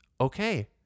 okay